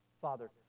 father